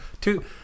two